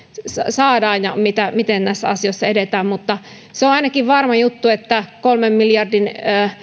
saadaan ja miten näissä asioissa edetään mutta se on ainakin varma juttu että kolmen miljardin